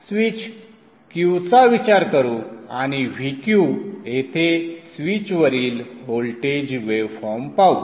switch Q चा विचार करू आणि Vq येथे स्वीचवरील व्होल्टेज वेवफॉर्म पाहू